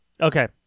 Okay